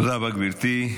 תודה רבה, גברתי.